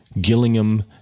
Gillingham